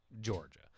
Georgia